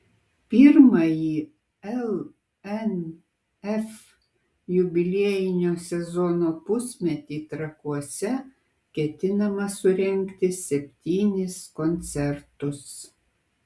pirmąjį lnf jubiliejinio sezono pusmetį trakuose ketinama surengti septynis koncertus